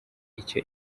icyo